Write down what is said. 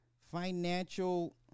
financial